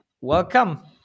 welcome